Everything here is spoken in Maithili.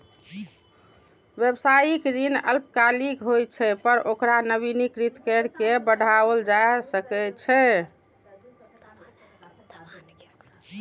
व्यावसायिक ऋण अल्पकालिक होइ छै, पर ओकरा नवीनीकृत कैर के बढ़ाओल जा सकै छै